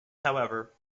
however